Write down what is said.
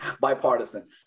Bipartisan